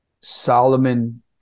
Solomon